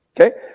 Okay